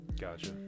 Gotcha